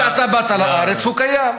מלפני שאתה באת לארץ הוא קיים.